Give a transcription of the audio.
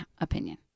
opinion